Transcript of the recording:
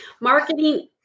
Marketing